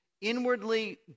inwardly